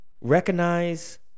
recognize